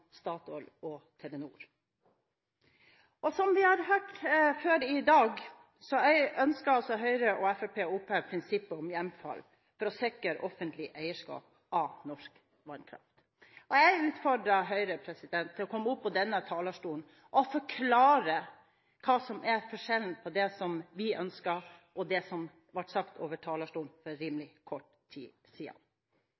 Statoil og Telenor. Som vi har hørt før i dag, ønsker Høyre og Fremskrittspartiet å oppheve prinsippet om hjemfall, som sikrer offentlig eierskap av norsk vannkraft. Jeg utfordret Høyre til å komme opp på denne talerstolen og forklare hva som er forskjellen på det som vi ønsker, og det som ble sagt fra talerstolen for